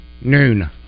Noon